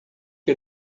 que